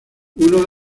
uno